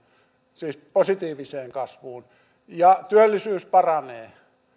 siis positiiviseen kasvuun työllisyys paranee